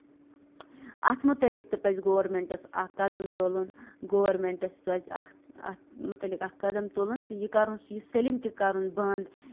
اَتھ مُتٔعلِق تہِ پَزِ گورمینٹَس اکھ قدم تُلُن گوٚرمینٹَس پَزِ اَتھ اَتھ مُتعلِق اکھ قدم تُلُن تہٕ یہِ کَرُن یہِ سٲلِم تہِ کَرُن بنٛد